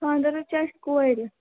خانٛدر حظ چھِ اَسہِ کورِ